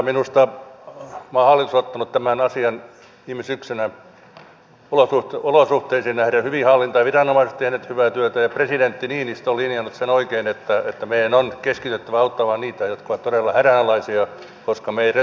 minusta tämä hallitus on todella ottanut tämän asian viime syksynä olosuhteisiin nähden hyvin hallintaan ja viranomaiset ovat tehneet hyvää työtä ja presidentti niinistö on linjannut sen oikein että meidän on keskityttävä auttamaan niitä jotka ovat todella hädänalaisia koska meidän resurssimme eivät kaikkiin riitä